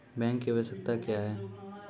Bank की आवश्यकता क्या हैं?